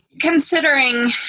considering